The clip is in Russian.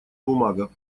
бумага